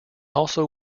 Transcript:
also